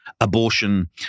Abortion